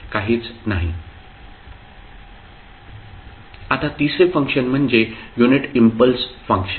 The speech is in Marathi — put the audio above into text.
आता तिसरे फंक्शन म्हणजे युनिट इम्पल्स फंक्शन